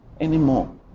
anymore